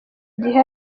gihari